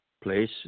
place